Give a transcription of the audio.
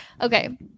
okay